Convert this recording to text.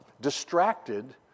distracted